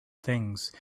things